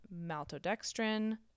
maltodextrin